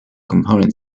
component